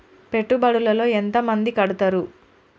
పెట్టుబడుల లో ఎంత మంది కడుతరు?